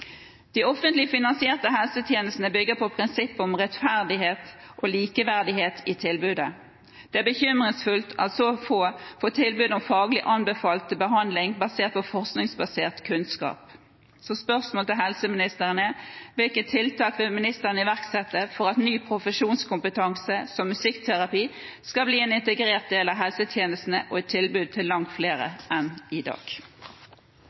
De offentlig finansierte helsetjenestene bygger på prinsippet om rettferdighet og likeverdighet i tilbudet. Det er bekymringsfullt at så få får tilbud om faglig anbefalt behandling basert på forskningsbasert kunnskap. Så spørsmålet til helseministeren er: Hvilke tiltak vil ministeren iverksette for at ny profesjonskompetanse, som musikkterapi, skal bli en integrert del av helsetjenestene og et tilbud til langt flere enn i dag?